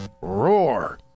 Roar